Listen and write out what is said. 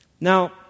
Now